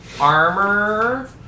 armor